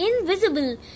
invisible